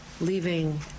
Leaving